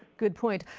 good point.